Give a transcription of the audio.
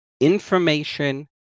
information